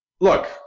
look